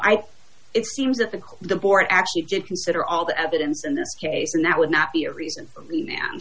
think it seems that the the board actually did consider all the evidence in this case and that would not be a reason for the man